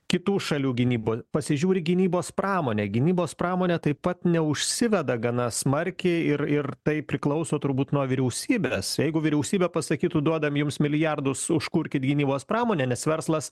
kitų šalių gynyba pasižiūri gynybos pramonę gynybos pramonė taip pat neužsiveda gana smarkiai ir ir tai priklauso turbūt nuo vyriausybės jeigu vyriausybė pasakytų duodam jums milijardus užkurkit gynybos pramonę nes verslas